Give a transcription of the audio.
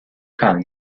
kong